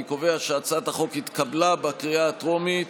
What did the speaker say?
אני קובע שהצעת החוק התקבלה בקריאה הטרומית,